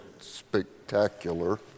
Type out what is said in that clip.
spectacular